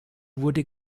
wurde